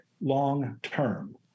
long-term